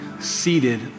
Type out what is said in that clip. seated